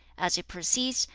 as it proceeds,